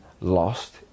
lost